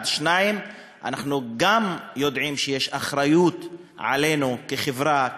1. 2. אנחנו גם יודעים שיש אחריות עלינו כחברה,